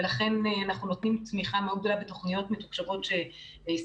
ולכן אנחנו נותנים תמיכה מאוד גדולה בתוכניות מתוקשבות ששמנו.